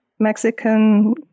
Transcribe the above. Mexican